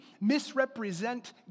misrepresent